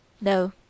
No